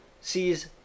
sees